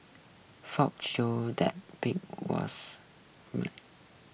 footage showed that Pang was the